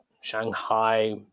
Shanghai